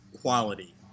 quality